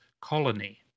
Colony